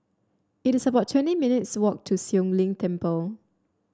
it is about twenty minutes' walk to Siong Lim Temple